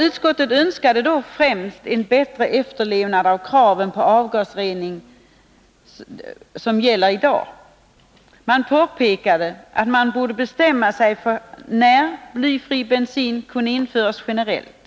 Utskottet önskade främst en bättre efterlevnad av de krav på avgasrening som gäller i dag. Utskottet påpekade att beslut borde fattas bl.a. om när blyfri bensin kunde införas generellt.